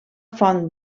font